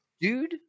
Dude